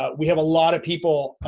ah we have a lot of people,